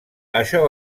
això